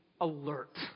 alert